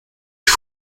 ich